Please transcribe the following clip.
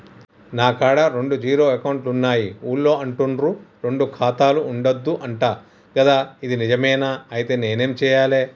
నా కాడా రెండు జీరో అకౌంట్లున్నాయి ఊళ్ళో అంటుర్రు రెండు ఖాతాలు ఉండద్దు అంట గదా ఇది నిజమేనా? ఐతే నేనేం చేయాలే?